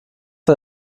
von